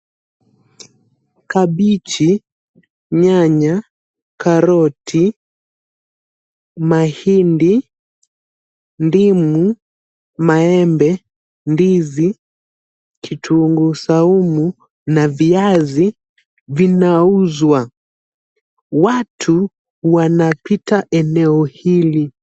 Kabichi, nyanya, karoti, mahindi, ndimu, maembe, ndizi, kitunguu saumu na viazi vinauzwa. Watu wanapita eneo hili.